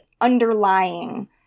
underlying